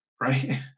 right